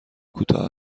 کوتاه